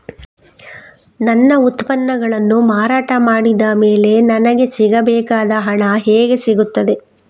ನನ್ನ ಉತ್ಪನ್ನಗಳನ್ನು ಮಾರಾಟ ಮಾಡಿದ ಮೇಲೆ ನನಗೆ ಸಿಗಬೇಕಾದ ಹಣ ಹೇಗೆ ಸಿಗುತ್ತದೆ?